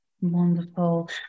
Wonderful